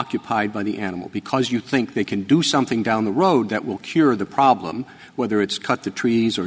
occupied by the animal because you think they can do something down the road that will cure the problem whether it's cut the trees or